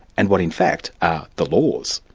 and what in fact are the laws.